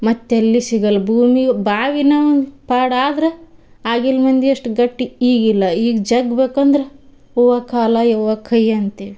ಮತ್ತು ಎಲ್ಲಿ ಸಿಗಲ್ಲ ಭೂಮಿ ಬಾವಿನ ಒಂದು ಪಾಡು ಆದ್ರೆ ಆಗಿನ್ ಮಂದಿ ಅಷ್ಟು ಗಟ್ಟಿ ಈಗಿಲ್ಲ ಈಗ ಜಗ್ಗ ಬೇಕಂದ್ರೆ ಓವ ಕಾಲು ಅವ್ವ ಕೈ ಅಂತೀವಿ